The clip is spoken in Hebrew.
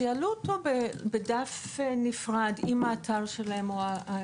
שיעלו אותו בדף נפרד עם האתר שלהם.